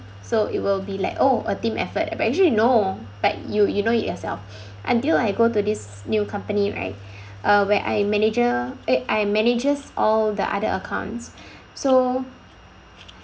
so it will be like oh a team effort but actually no but you you know it yourself until I go to this new company right uh where I manager eh I manages all the other accounts so